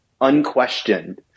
unquestioned